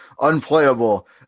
unplayable